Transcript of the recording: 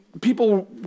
people